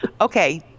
Okay